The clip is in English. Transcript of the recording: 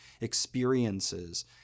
experiences